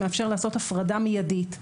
מאפשר לעשות הפרדה מידית.